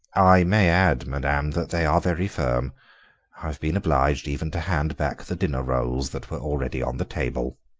i may add, madame, that they are very firm i've been obliged even to hand back the dinner rolls that were already on the table.